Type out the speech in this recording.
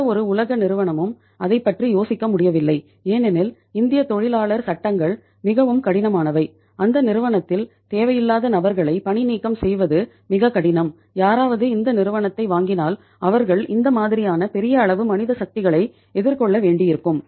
எந்தவொரு உலக நிறுவனமும் அதைப் பற்றி யோசிக்க முடியவில்லை ஏனெனில் இந்திய தொழிலாளர் சட்டங்கள் மிகவும் கடினமானவை அந்த நிறுவனத்தில் தேவையில்லாத நபர்களை பணி நீக்கம் செய்வது மிக கடினம் யாராவது இந்த நிறுவனத்தை வாங்கினால் அவர்கள் இந்த மாதிரியான பெரிய அளவு மனித சக்த்திகளை எதிர்கொள்ள வேண்டியிருக்கும்